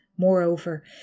moreover